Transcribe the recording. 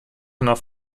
nach